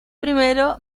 primero